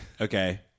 Okay